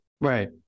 Right